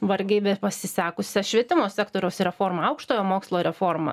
vargiai bepasisekusią švietimo sektoriaus reformą aukštojo mokslo reformą